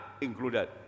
included